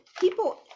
people